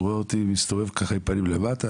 הוא רואה אותי מסתובב עם פנים למטה.